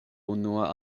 unua